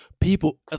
people